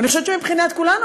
ואני חושבת שמבחינת כולנו,